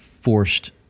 forced